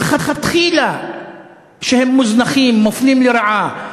כשמלכתחילה הם מוזנחים, מופלים לרעה.